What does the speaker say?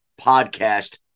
podcast